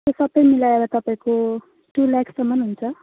त्यो सबै मिलाएर तपाईँको टु ल्याक्ससम्म हुन्छ